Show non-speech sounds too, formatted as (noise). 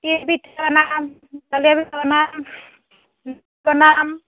তিল পিঠা বনাম তেল দিয়া পিঠা বনাম (unintelligible) বনাম